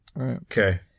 Okay